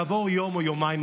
כעבור יום או יומיים,